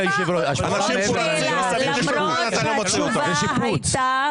השבחה מעבר לנדרש זה שיפוץ.